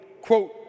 quote